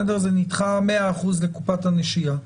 זה נדחה 100% לקופת השנייה.